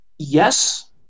yes